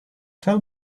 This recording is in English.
tell